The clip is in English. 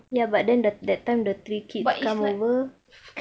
but it's like